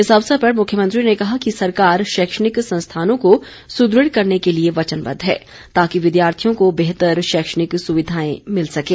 इस अवसर पर मुख्यमंत्री ने कहा कि सरकार शैक्षणिक संस्थानों को सुदृढ़ करने के लिए वचनबद्ध है ताकि विद्यार्थियों को बेहतर शैक्षणिक सुविधाएं मिल सकें